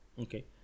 okay